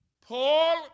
Paul